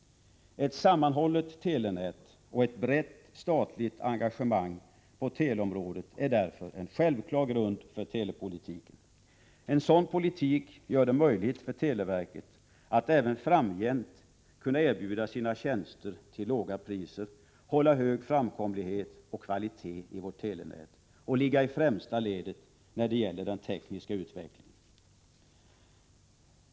Ett sammanhållet telenät och ett brett statligt engagemang på teleområdet är därför en självklar grund för telepolitiken. En sådan politik gör det möjligt för televerket att även framgent erbjuda sina tjänster till låga priser, hålla hög framkomlighet och kvalitet i vårt telenät och ligga i främsta ledet när det gäller den tekniska utvecklingen.